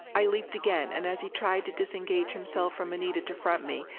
i leaped again, and as he tried to disengage himself from anita to front me,